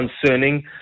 concerning